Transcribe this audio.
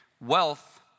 Wealth